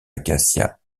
acacias